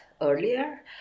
earlier